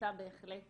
המועצה בהחלט